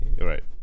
right